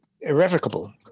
irrevocable